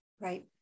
Right